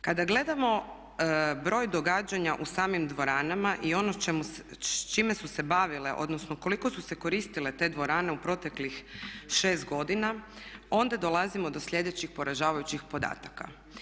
Kada gledamo broj događanja u samim dvoranama i ono s čime su se bavile, odnosno koliko su se koristile te dvorane u proteklih 6 godina onda dolazimo do sljedećih poražavajućih podataka.